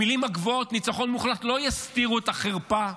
המילים הגבוהות "ניצחון מוחלט" לא יסתירו את החרפה,